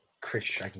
Chris